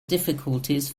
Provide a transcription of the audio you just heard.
difficulties